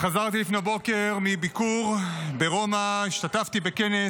חזרתי לפנות בוקר מביקור ברומא, השתתפתי בכנס